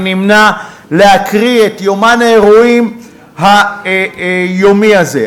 אני נמנע מלהקריא את יומן האירועים היומי הזה.